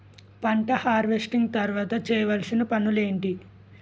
పంట హార్వెస్టింగ్ తర్వాత చేయవలసిన పనులు ఏంటి?